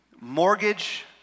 Mortgage